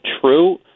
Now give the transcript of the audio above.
true